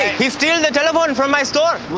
he steals the telephone from my store.